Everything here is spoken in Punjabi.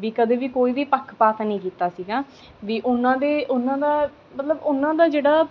ਵੀ ਕਦੇ ਵੀ ਕੋਈ ਵੀ ਪੱਖਪਾਤ ਨਹੀਂ ਕੀਤਾ ਸੀਗਾ ਵੀ ਉਨ੍ਹਾਂ ਦੇ ਉਨ੍ਹਾਂ ਦਾ ਮਤਲਬ ਉਨ੍ਹਾਂ ਦਾ ਜਿਹੜਾ